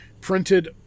printed